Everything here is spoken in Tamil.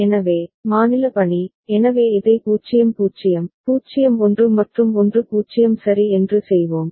எனவே மாநில பணி எனவே இதை 0 0 0 1 மற்றும் 1 0 சரி என்று செய்வோம்